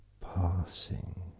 passing